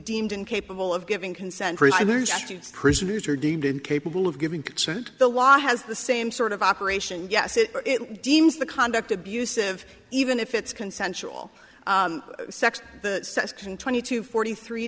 deemed incapable of giving consent prisoners are deemed incapable of giving consent the law has the same sort of operation yes it deems the conduct abusive even if it's consensual sex the section twenty two forty three